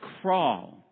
crawl